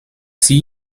zie